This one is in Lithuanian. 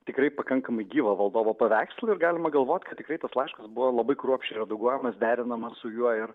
tikrai pakankamai gyvą valdovo paveikslą ir galima galvot kad tikrai tas laiškas buvo labai kruopščiai redaguojamas derinamas su juo ir